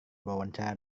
wawancara